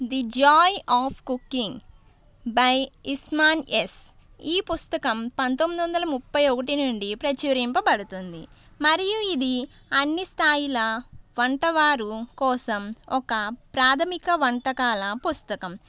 the joy of cooking by ఇస్మాన్ S ఈ పుస్తకం పంతొమ్మిది వందల ముప్పై ఒకటి నుండి ప్రచురింపబడుతుంది మరియు ఇది అన్ని స్థాయిల వంటవారు కోసం ఒక ప్రాథమిక వంటకాల పుస్తకం